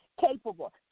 Capable